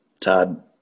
todd